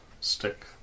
stick